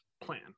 plan